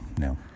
no